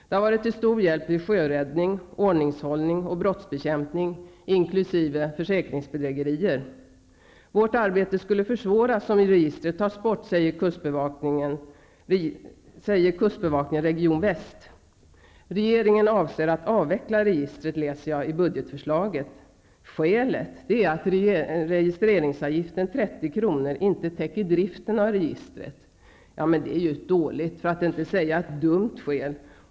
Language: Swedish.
Det har varit till stor hjälp vid sjöräddning, ordningshållning och brottsbekämpning inkl. försäkringsbedrägerier. Vårt arbete skulle försvåras om registret tas bort, säger kustbevakningen region Väst. Regeringen avser att avveckla registret, läser jag i budgetförslaget. Skälet är att registreringsavgiften 30 kr. inte täcker driften av registret. Det är ett dåligt för att inte säga dumt skäl.